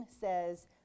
says